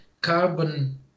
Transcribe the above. carbon